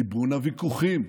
ליבון הוויכוחים,